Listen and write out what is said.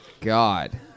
God